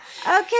Okay